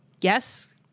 Yes